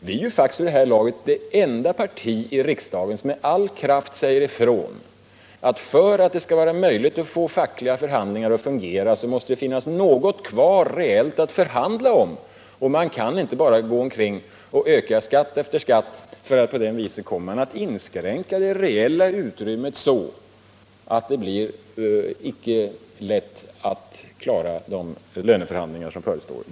Vi är faktiskt vid det här laget det enda partiet i riksdagen som med all kraft säger ifrån att det, för att det skall vara möjligt att få fackliga förhandlingar att fungera, måste finnas något kvar att förhandla om. Man kan inte bara öka skatt efter skatt, eftersom man på det sättet inskränker det reella utrymmet, så att det blir svårigheter att klara de löneförhandlingar som förestår.